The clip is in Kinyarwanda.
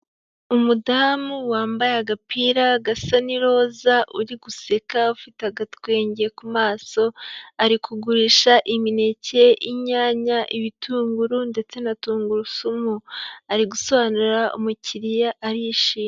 Umudamu wambaye agapira gasa n'iroza uri guseka, ufite agatwenge ku maso, ari kugurisha imineke, inyanya, ibitunguru ndetse na tungurusumu. Ari gusobanurira umukiriya ndetse arishimye.